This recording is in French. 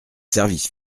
services